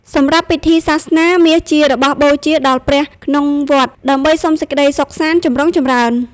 សម្រាប់ពិធីសាសនា មាសជារបស់បូជាដល់ព្រះក្នុងវត្ត ដើម្បីសុំសេចក្ដីសុខសាន្តចំរុងចម្រើន។